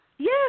Yes